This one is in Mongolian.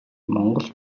монгол